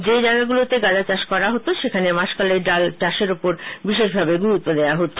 যে জায়গাগুলিতে গাঁজা চাষ করা হতো সেখানে মাসকলাই ডাল চাষের উপর বিশেষভাবে গুরুত্ব দেওয়া হয়েছে